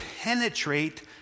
penetrate